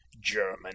German